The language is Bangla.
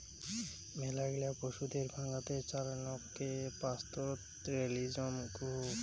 মেলাগিলা পশুদের ডাঙাতে চরানকে পাস্তোরেলিজম কুহ